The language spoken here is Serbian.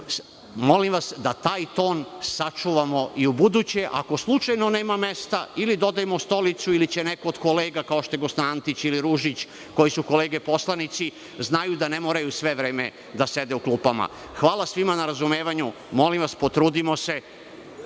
Molim vas da taj ton sačuvamo i ubuduće. Ako slučajno nema mesta ili dodajmo stolicu ili će neko od kolega, kao što je gospodin Antić ili Ružić, koji su kolege poslanici, znaju da ne moraju sve vreme da sede u klupama. Hvala svima na razumevanju. Molim vas, potrudimo se